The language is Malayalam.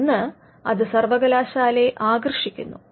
ഒന്ന് അത് സർവ്വകലാശാലയെ ആകർഷിക്കുന്നു